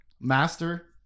master